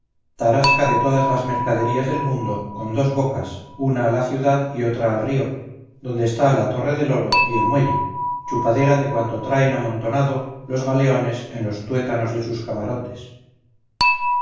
tarasca de todas las mercaderías del mundo con dos bocas una a la ciudad y otra al río donde está la torre del oro y el muelle chupadera de cuanto traen amontonado los galeones en los tuétanos de sus camarotes